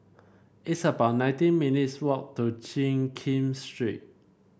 it's about nineteen minutes' walk to Jiak Kim Street